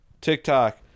TikTok